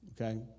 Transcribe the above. Okay